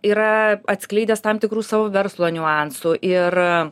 yra atskleidęs tam tikrų savo verslo niuansų ir